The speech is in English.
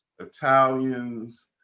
Italians